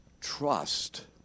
trust